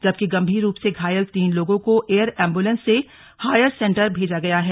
जबकि गंभीर रूप से घायल तीन लोगों को एयर एंबलेंस से हायर सेंटर भेजा गया है